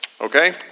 Okay